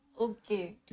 Okay